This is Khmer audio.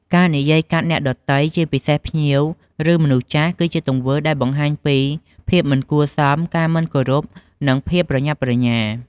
ការនិយាយកាត់អ្នកដទៃ ជាពិសេសភ្ញៀវ ឬមនុស្សចាស់ គឺជាទង្វើដែលបង្ហាញពី ភាពមិនគួរសម ការមិនគោរព និងភាពប្រញាប់ប្រញាល់។